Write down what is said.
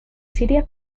siria